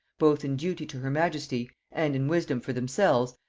both in duty to her majesty, and in wisdom for themselves,